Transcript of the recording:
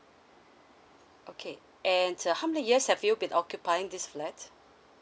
okay and uh how many years have you been occupying this flat